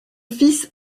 fils